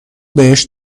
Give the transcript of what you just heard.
بهش